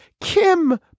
Kim